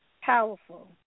powerful